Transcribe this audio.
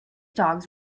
dogs